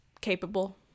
capable